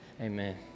Amen